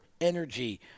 energy